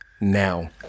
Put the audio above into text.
now